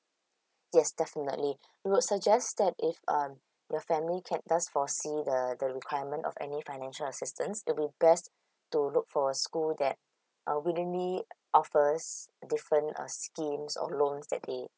yes definitely we would suggest that if um your family can't thus foresee the the requirement of any financial assistance it'll be best to look for a school that are willingly offers different uh schemes of loans that they